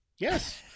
Yes